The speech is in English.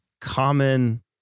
common